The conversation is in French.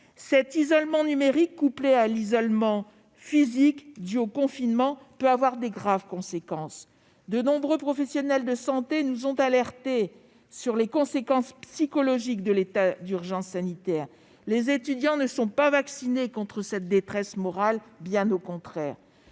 Cet isolement numérique, couplé à l'isolement physique dû au confinement, peut avoir de graves conséquences. De nombreux professionnels de santé nous alertent sur les conséquences psychologiques de l'état d'urgence sanitaire. Les étudiants ne sont pas vaccinés contre cette détresse morale, bien au contraire.